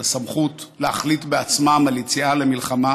הסמכות להחליט בעצמם על יציאה למלחמה,